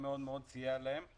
סייע להם מאוד,